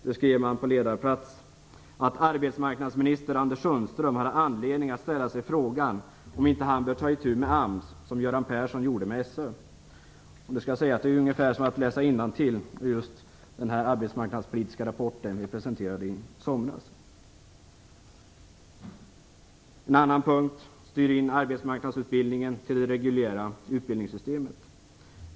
Där skriver man på ledarplats: "Arbetsmarknadsminister Anders Sundström har anledning att ställa sig frågan om inte han bör ta itu med AMS som Göran Persson gjorde med SÖ." Det är som att läsa innantill ur den arbetsmarknadspolitiska rapport som vi presenterade i somras. En annan punkt gäller att styra in arbetsmarknadsutbildningen i det reguljära utbildningssystemet.